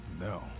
No